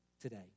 today